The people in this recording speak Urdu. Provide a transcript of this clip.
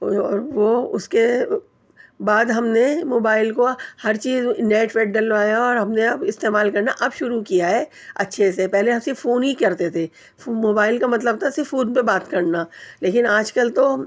اور وہ اس کے بعد ہم نے موبائل کو ہر چیز نیٹ ویٹ ڈلوایا اور ہم نے استعمال کرنا اب شروع کیا ہے اچھے سے پہلے صرف فون ہی کرتے تھے موبائل کا مطلب تھا صرف فون پہ بات کرنا لیکن آج کل تو